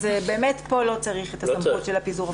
כאן לא צריך את סמכות פיזור ההפגנות.